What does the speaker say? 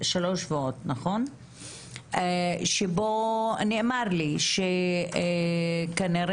שלושה שבועות שבו נאמר לי שכנראה